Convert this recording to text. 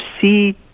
see